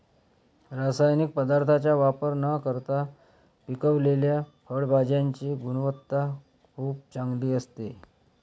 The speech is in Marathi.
रासायनिक पदार्थांचा वापर न करता पिकवलेल्या फळभाज्यांची गुणवत्ता खूप चांगली असते